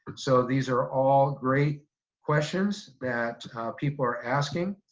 so these are all great questions that people are asking.